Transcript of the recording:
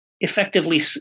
effectively –